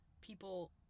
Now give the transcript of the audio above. people